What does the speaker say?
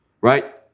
right